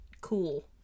cool